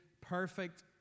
perfect